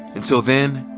and so then,